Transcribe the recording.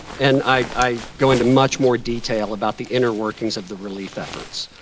and i go into much more detail about the inner workers of the relief efforts.